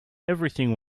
everything